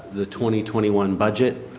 the twenty twenty one budget.